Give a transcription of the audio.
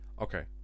Okay